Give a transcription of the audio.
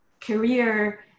career